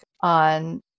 on